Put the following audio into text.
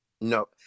No